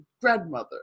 grandmother